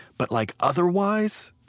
but like otherwise,